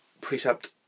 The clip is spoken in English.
Precept